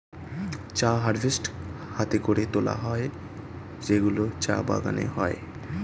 চা হারভেস্ট হাতে করে তোলা হয় যেগুলো চা বাগানে হয়